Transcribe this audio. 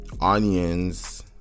onions